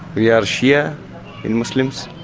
we are shia and muslims,